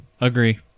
Agree